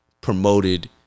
promoted